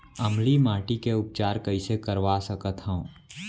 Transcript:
अम्लीय माटी के उपचार कइसे करवा सकत हव?